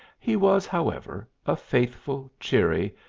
he was, however, a raithful, cheery,